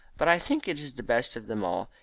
but i think it is the best of them all.